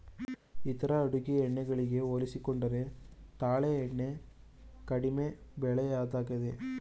ಇತರ ಅಡುಗೆ ಎಣ್ಣೆ ಗಳಿಗೆ ಹೋಲಿಸಿಕೊಂಡರೆ ತಾಳೆ ಎಣ್ಣೆ ಕಡಿಮೆ ಬೆಲೆಯದ್ದಾಗಿದೆ